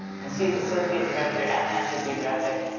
and she's associate director at national geographic,